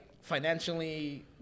financially